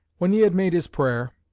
when he had made his prayer,